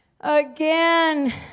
Again